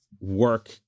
work